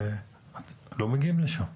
לא מגיעים לשם,